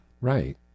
Right